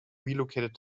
relocated